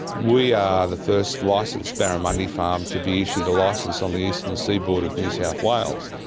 we are the first licensed barramundi farm to be issued a licence on the eastern seaboard of new south wales.